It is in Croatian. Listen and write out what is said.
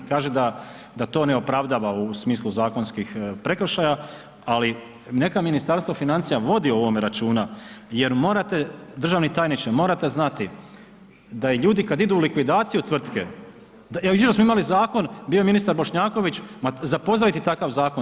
Kaže da to ne opravdava u smislu zakonskih prekršaja, ali neka Ministarstvo financija vodi o ovome računa, jer morate, državni tajniče morate znati, da ljudi koji idu u likvidaciju tvrtke, evo jučer smo imali zakon, bio je ministar Bošnjaković, ma za pozdraviti takav zakon.